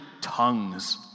tongues